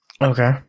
Okay